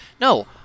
No